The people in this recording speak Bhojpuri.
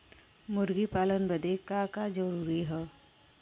मुर्गी पालन बदे का का जरूरी ह?